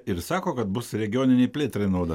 ir sako kad bus regioninei plėtrai nauda